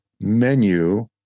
menu